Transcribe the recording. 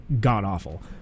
god-awful